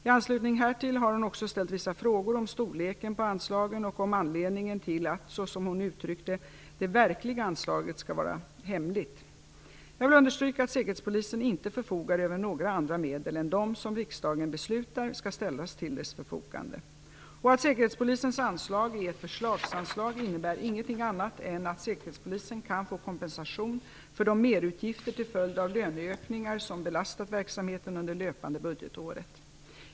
I anslutning härtill har hon också ställt vissa frågor om storleken på anslagen och om anledningen till att, såsom hon uttryckt det, det Jag vill understryka att säkerhetspolisen inte förfogar över några andra medel än dem som riksdagen beslutar skall ställas till dess förfogande. Och att säkerhetspolisens anslag är ett förslagsanslag innebär ingenting annat än att säkerhetspolisen kan få kompensation för de merutgifter till följd av löneökningar som belastat verksamheten under det löpande budgetåret.